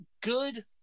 good